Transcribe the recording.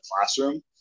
classroom